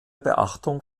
beachtung